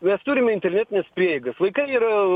mes turim internetines prieigas vaikai yra